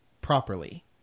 properly